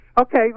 Okay